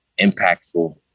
impactful